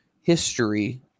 history